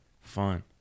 Fun